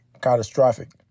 catastrophic